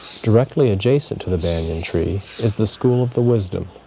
directly adjacent to the banyan tree is the school of the wisdom,